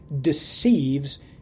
deceives